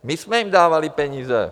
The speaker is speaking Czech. My jsme jim dávali peníze.